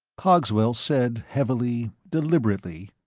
cogswell said heavily, deliberately.